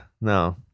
No